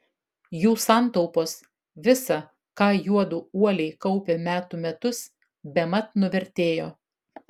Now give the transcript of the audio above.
jų santaupos visa ką juodu uoliai kaupė metų metus bemat nuvertėjo